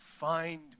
Find